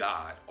God